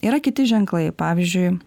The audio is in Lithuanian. yra kiti ženklai pavyzdžiui